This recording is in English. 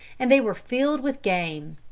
and they were filled with game.